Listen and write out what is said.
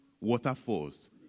waterfalls